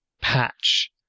patch